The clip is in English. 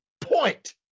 point